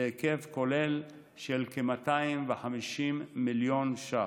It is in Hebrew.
בהיקף כולל של כ-250 מיליון ש"ח,